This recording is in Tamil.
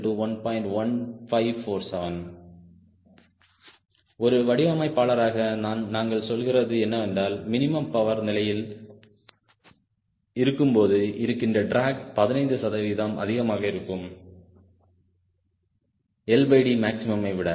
1547 ஒரு வடிவமைப்பாளராக நாங்கள் சொல்கிறது என்னவென்றால் மினிமம் பவர் நிலையில் இருக்கும்போது இருக்கின்ற டிராக் 15 சதவீதம் அதிகமாக இருக்கும் LDமேக்ஸிமமை விட